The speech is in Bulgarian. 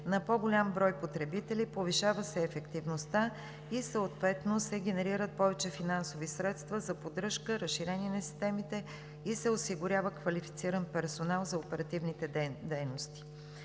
на по-голям брой потребители, повишава се ефективността и съответно се генерират повече финансови средства за поддръжка, разширение на системите и се осигурява квалифициран персонал за оперативните дейности.